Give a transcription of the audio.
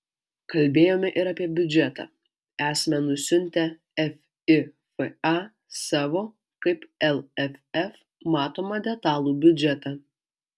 kalbėjome ir apie biudžetą esame nusiuntę fifa savo kaip lff matomą detalų biudžetą